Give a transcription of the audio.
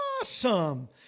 Awesome